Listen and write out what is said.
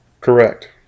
Correct